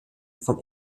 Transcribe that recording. vom